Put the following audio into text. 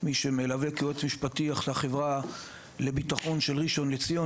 כמי שמלווה כיועץ משפטי לחברה לבטחון של ראשון לציון,